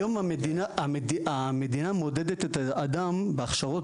היום המדינה מודדת את האדם בהכשרות,